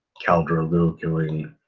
khal drogo killing,